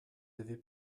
avez